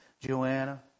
Joanna